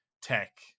tech